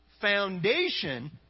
Foundation